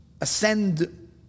ascend